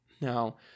Now